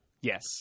Yes